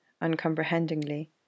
uncomprehendingly